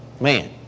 man